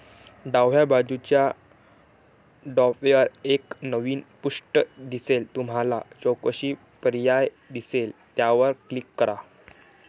डाव्या बाजूच्या टॅबवर एक नवीन पृष्ठ दिसेल तुम्हाला चौकशी पर्याय दिसेल त्यावर क्लिक करा